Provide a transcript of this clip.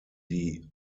die